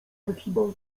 archibald